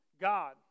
God